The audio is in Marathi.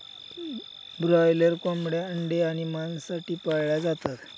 ब्रॉयलर कोंबड्या अंडे आणि मांस साठी पाळल्या जातात